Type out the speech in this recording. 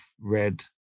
read